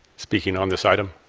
speaking on this item.